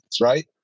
right